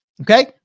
Okay